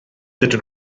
dydyn